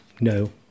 No